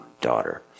daughter